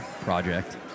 project